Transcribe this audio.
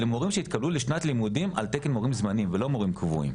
אלו מורים שהתקבלו לשנת לימודים על תקן מורים זמניים ולא מורים קבועים.